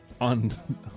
on